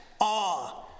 awe